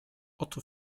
oto